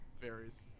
varies